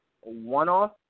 one-off